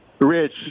Rich